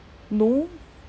no